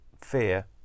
fear